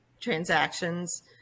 transactions